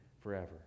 forever